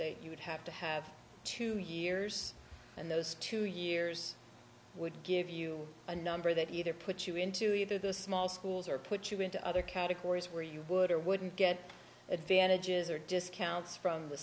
that you would have to have two years and those two years would give you a number that either put you into either those small schools or put you into other categories where you would or wouldn't get advantages or discounts from the